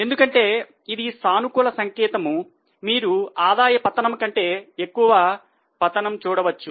ఎందుకంటే ఇది సానుకూల సంకేతం మీరు ఆదాయ పతనం కంటే ఎక్కువ పతనం చూడవచ్చు